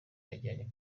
ajyanye